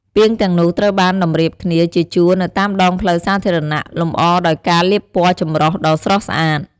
ពាងទាំងនោះត្រូវបានតម្រៀបគ្នាជាជួរនៅតាមដងផ្លូវសាធារណៈ លម្អដោយការលាបពណ៌ចម្រុះដ៏ស្រស់ស្អាត។